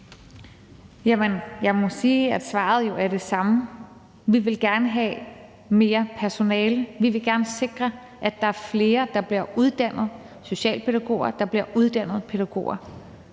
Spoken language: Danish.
Jeg må sige, at svaret jo er det samme. Vi vil gerne have mere personale. Vi vil gerne sikre, at der er flere, der bliver uddannet socialpædagoger, at der bliver uddannet pædagoger.